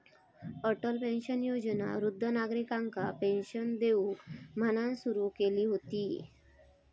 Atal pension Yojana वृद्ध नागरिकांका pension देऊक म्हणान सुरू केली हुती